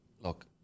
look